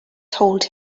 told